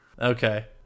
Okay